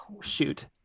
shoot